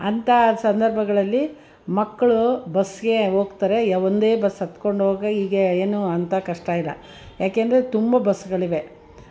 ಅಂಥ ಸಂದರ್ಭಗಳಲ್ಲಿ ಮಕ್ಕಳು ಬಸ್ಗೆ ಹೋಗ್ತಾರೆ ಯಾವ ಒಂದೇ ಬಸ್ ಹತ್ಕೊಂಡು ಹೋಗೋ ಗೀಗೆ ಏನು ಅಂಥ ಕಷ್ಟ ಇಲ್ಲ ಏಕೆಂದರೆ ತುಂಬ ಬಸ್ಗಳಿವೆ